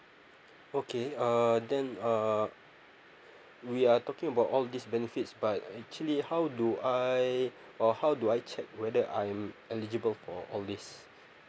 okay uh then uh we are talking about all these benefits but actually how do I or how do I check whether I'm eligible for all these